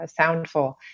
Soundful